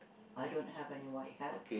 I don't have any white hat